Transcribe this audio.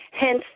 Hence